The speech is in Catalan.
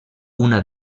una